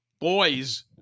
boys